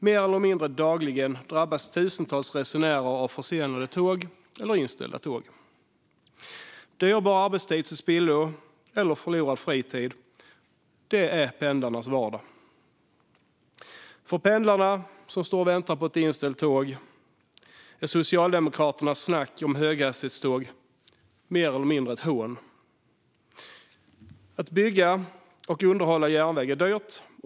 Mer eller mindre dagligen drabbas tusentals resenärer av försenade eller inställda tåg. Dyrbar arbetstid som går till spillo eller förlorad fritid är pendlarnas vardag. För pendlarna som står och väntar på ett inställt tåg är Socialdemokraternas snack om höghastighetståg mer eller mindre ett hån. Att bygga och underhålla järnväg är dyrt.